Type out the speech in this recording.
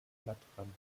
blattrand